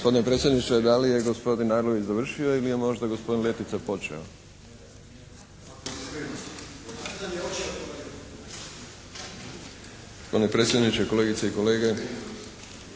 Gospodine predsjedniče da li je gospodin Arlović završio ili je možda gospodin Letica počeo? Gospodine predsjedniče, kolegice i kolege